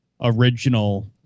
original